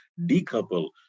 decouple